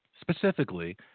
specifically